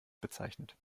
bezeichnet